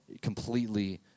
completely